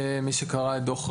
מי שקרא את דוח ראמ"ה,